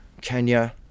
Kenya